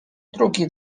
drugi